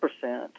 percent